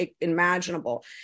imaginable